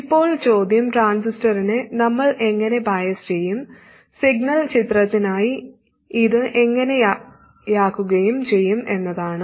ഇപ്പോൾ ചോദ്യം ട്രാൻസിസ്റ്ററിനെ നമ്മൾ എങ്ങനെ ബയസ് ചെയ്യും സിഗ്നൽ ചിത്രത്തിനായി ഇത് എങ്ങനെയാക്കുകയും ചെയ്യും എന്നതാണ്